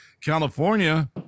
California